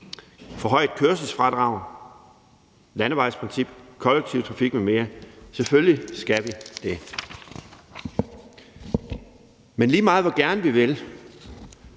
forhøjet kørselsfradrag, landevejsprincip, kollektiv trafik med mere – selvfølgelig skal vi det. Men lige meget hvor gerne vi end